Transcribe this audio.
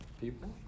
people